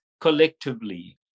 collectively